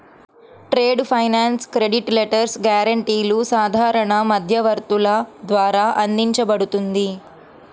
trade finance credit letters, గ్యారెంటీలు సాధారణ మధ్యవర్తుల ద్వారా అందించబడుతుంది